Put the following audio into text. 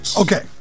Okay